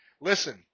Listen